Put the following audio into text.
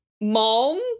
Mom